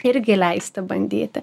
irgi leisti bandyti